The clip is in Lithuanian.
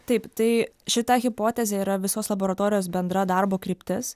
taip tai šita hipotezė yra visos laboratorijos bendra darbo kryptis